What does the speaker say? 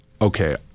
okay